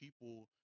people